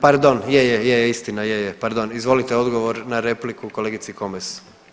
Pardon, je, je, istina, je, je, pardon, izvolite odgovor na repliku kolegici Komes.